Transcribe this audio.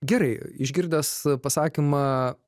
gerai išgirdęs pasakymą